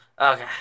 Okay